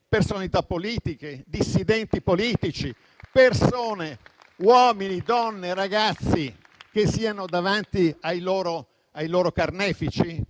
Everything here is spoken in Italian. personalità politiche, dissidenti politici, persone, uomini, donne, ragazzi, che siano davanti ai loro carnefici?